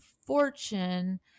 fortune